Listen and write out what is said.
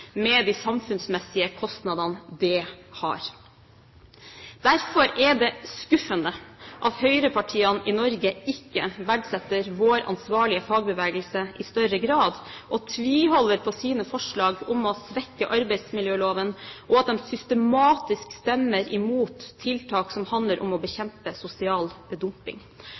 med de samfunnsmessige kostnadene det har. Derfor er det skuffende at høyrepartiene i Norge ikke verdsetter vår ansvarlige fagbevegelse i større grad, men tviholder på sine forslag om å svekke arbeidsmiljøloven og systematisk stemmer imot tiltak som handler om å bekjempe sosial dumping.